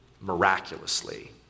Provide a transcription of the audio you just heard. Miraculously